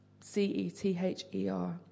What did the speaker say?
C-E-T-H-E-R